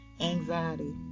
anxiety